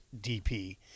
DP